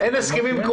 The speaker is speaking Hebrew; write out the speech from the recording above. אין הסכמים?